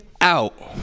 out